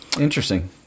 Interesting